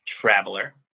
traveler